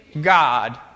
God